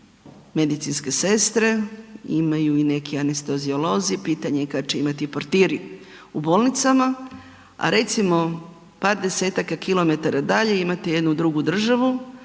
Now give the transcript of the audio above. medicinske sestre, imaju i neki anesteziolozi, pitanje kad će imati i portiri u bolnicama, a recimo par 10-taka kilometara dalje imate jednu drugu državu